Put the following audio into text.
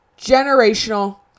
Generational